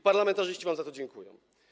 Parlamentarzyści wam za to dziękują.